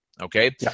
okay